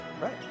Right